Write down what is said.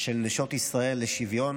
של נשות ישראל לשוויון